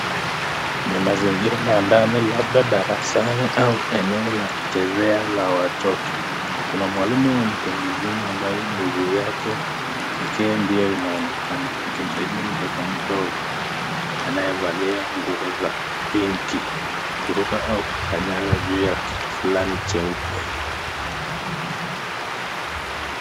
NI mazingira ya ndani labda darasani au eneo la kuchezea la watoto, kuna mwalimu mtu mzima ambaye miguu yake pekee ndio inaonekana akimsaidia mtoto mdogo anayevalia nguo za pinki kuruka au kukanyaga juu ya kitu fulani cheupe.